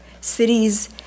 cities